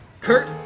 Kurt